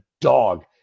dog